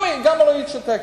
גם לא היית שותקת.